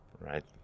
right